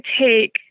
take